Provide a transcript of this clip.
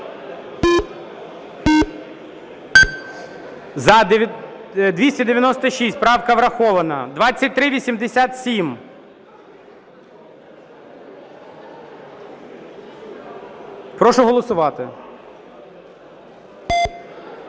За-296 Правка врахована. 2387. Прошу голосувати.